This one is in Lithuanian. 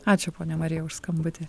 ačiū ponia marija už skambutį